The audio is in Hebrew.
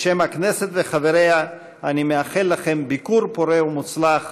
בשם הכנסת וחבריה אני מאחל לכם ביקור פורה ומוצלח.